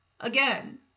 Again